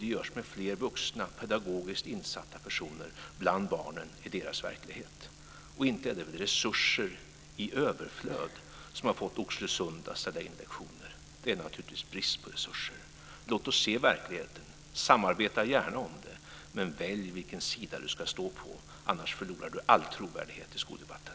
Det görs med fler vuxna pedagogiskt insatta personer bland barnen i deras verklighet. Inte är det väl resurser i överflöd som har fått Oxelösund att ställa in lektioner? Det är naturligtvis brist på resurser. Låt oss se verkligheten. Samarbeta gärna, men välj vilken sida ni ska stå på, annars förlorar ni all trovärdighet i skoldebatten.